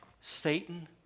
Satan